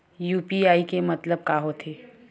UPI के मतलब का होथे?